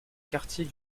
quartier